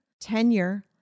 tenure